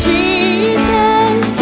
Jesus